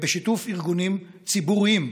ובשיתוף ארגונים ציבוריים.